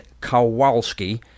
Kowalski